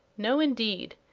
no, indeed.